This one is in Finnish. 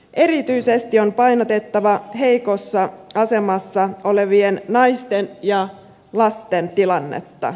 erityisesti on painotettava heikossa asemassa olevien naisten ja lasten tilannetta